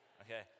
Okay